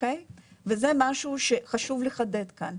וזה משהו שחשוב לחדד כאן.